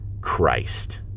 Christ